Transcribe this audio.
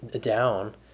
down